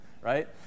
right